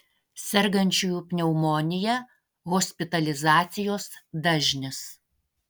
sergančiųjų pneumonija hospitalizacijos dažnis